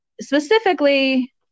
Specifically